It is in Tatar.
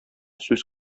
сүз